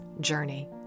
journey